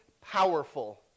powerful